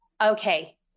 Okay